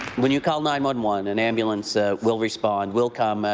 when you call nine one one, an ambulance ah will respond, will come,